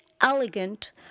elegant